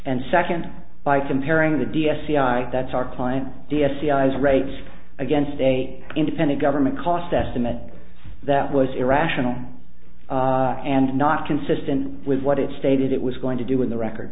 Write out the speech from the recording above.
and second by comparing the d s e i that's our client the sci's rates against a independent government cost estimate that was irrational and not consistent with what it stated it was going to do in the record